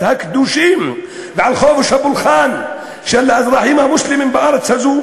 הקדושים ועל חופש הפולחן של האזרחים המוסלמים בארץ הזו?